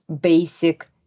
basic